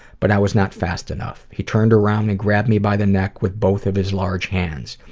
but i was not fast enough. he turned around and grabbed me by the neck with both of his large hands.